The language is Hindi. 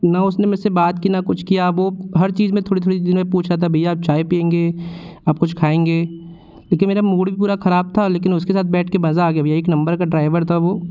ना उसने मेरे से बात की ना कुछ किया वो हर चीज़ में थोड़ी थोड़ी देर में पूछ रहा था भैया आप चाय पिएंगे आप कुछ खाएंगे क्योंकि मेरा मूड भी पूरा खराब था लेकिन उसके साथ बैठ कर मज़ा आ गया भैया एक नम्बर का ड्राइवर था वो